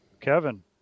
Kevin